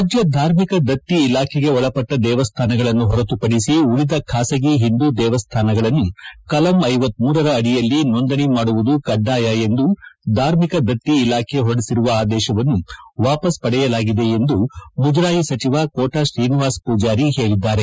ರಾಜ್ಯ ಧಾರ್ಮಿಕ ದಕ್ತಿ ಇಲಾಖೆಗೆ ಒಳಪಟ್ಟ ದೇವಸ್ಥಾನಗಳನ್ನು ಹೊರತುಪಡಿಸಿ ಉಳಿದ ಖಾಸಗಿ ಹಿಂದು ದೇವಸ್ಥಾನಗಳನ್ನು ಕಲಂ ಟರ ಅಡಿಯಲ್ಲಿ ನೋಂದಣಿ ಮಾಡುವುದು ಕಡ್ಡಾಯ ಎಂದು ಧಾರ್ಮಿಕ ದಕ್ತಿ ಇಲಾಖೆ ಹೊರಡಿಸಿರುವ ಆದೇಶವನ್ನು ವಾಪಸ್ ಪಡೆಯಲಾಗಿದೆ ಎಂದು ಮುಜರಾಯಿ ಸಚಿವ ಕೋಟಾ ಶ್ರೀನಿವಾಸ ಪೂಜಾರಿ ಹೇಳದ್ದಾರೆ